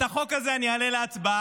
את החוק הזה אני אעלה להצבעה.